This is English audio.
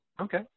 okay